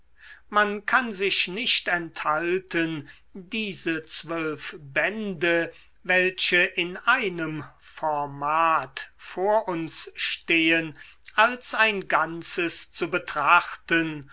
man kann sich nicht enthalten diese zwölf bände welche in einem format vor uns stehen als ein ganzes zu betrachten